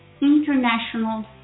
international